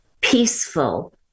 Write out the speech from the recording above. peaceful